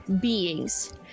beings